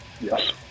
yes